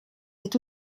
est